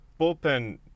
bullpen